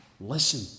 Listen